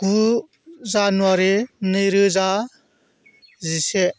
गु जानुवारि नैरोजा जिसे